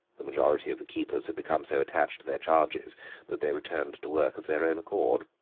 the majority of the keepers had become so attached to their charges that they returned to work of their own accord.